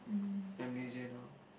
I am lazier now